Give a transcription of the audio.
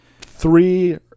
three